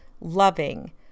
loving